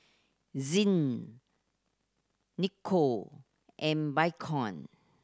Zinc and